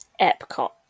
Epcot